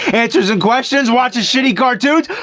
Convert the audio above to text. answer some questions, watch a shitty cartoon!